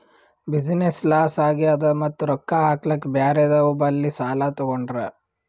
business loss ಆಗ್ಯಾದ್ ಮತ್ತ ರೊಕ್ಕಾ ಹಾಕ್ಲಾಕ್ ಬ್ಯಾರೆದವ್ ಬಲ್ಲಿ ಸಾಲಾ ತೊಗೊಂಡ್ರ